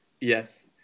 Yes